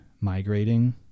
migrating